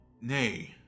Nay